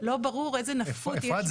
לא ברור איזה --- אפרת,